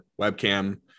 webcam